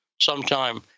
sometime